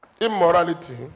Immorality